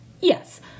yes